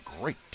great